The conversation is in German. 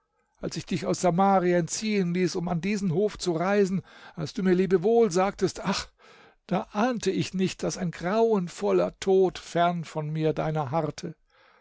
als ich dich aus samarien ziehen ließ um an diesen hof zu reisen als du mir lebewohl sagtest ach da ahnte ich nicht daß ein grauenvoller tod fern von mir deiner harrte